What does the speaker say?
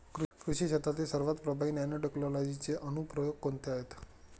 कृषी क्षेत्रातील सर्वात प्रभावी नॅनोटेक्नॉलॉजीचे अनुप्रयोग कोणते आहेत?